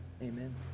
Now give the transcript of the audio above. Amen